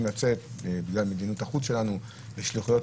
לצאת בגלל מדיניות החוץ שלנו לשליחויות.